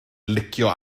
licio